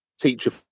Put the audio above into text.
teacher